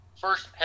first